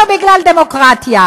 לא בגלל דמוקרטיה,